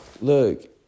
look